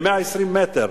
ו-120 מטר.